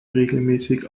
regelmäßig